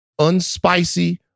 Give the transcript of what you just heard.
unspicy